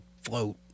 float